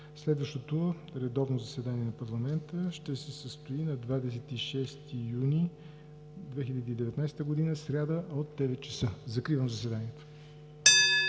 Следващото редовно заседание на парламента ще се състои на 26 юни 2019 г. – сряда, от 9,00 ч. Закривам заседанието.